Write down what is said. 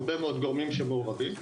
הרבה מאוד גורמים שמעורבים,